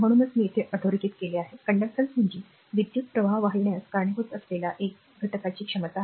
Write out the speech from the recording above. तर म्हणूनच मी येथे अधोरेखित केले आहे चालण म्हणजे विद्युत् प्रवाह वाहविण्यास कारणीभूत असलेल्या एका r घटकाची क्षमता